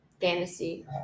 fantasy